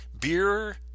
Beer